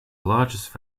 largest